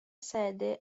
sede